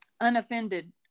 unoffended